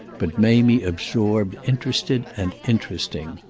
but mamie absorbed interested and interesting.